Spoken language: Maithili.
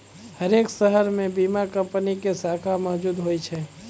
हरेक शहरो मे बीमा कंपनी के शाखा मौजुद होय छै